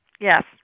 Yes